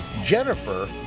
Jennifer